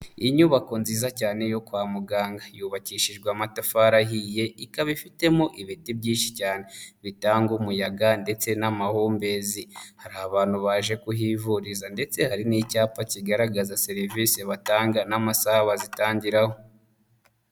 Inyubako nziza cyane yo kwa muganga, yubakishijwe amatafari ahiye, ikaba ifitemo ibiti byinshi cyane bitanga umuyaga ndetse n'amahumbezi, hari abantu baje kuhivuriza ndetse hari n'icyapa kigaragaza serivise batanga n'amasaha bazitaho.